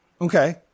Okay